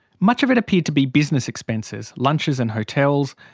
much of it appeared to be business expenses lunches and hotels.